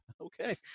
Okay